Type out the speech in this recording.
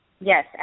Yes